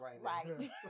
right